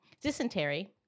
dysentery